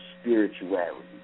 spirituality